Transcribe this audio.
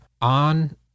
on